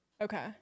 okay